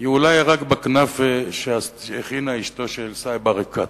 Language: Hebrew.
הוא אולי רק בכנאפה שהכינה אשתו של סאיב עריקאת.